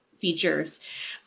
features